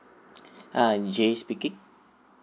ah jay speaking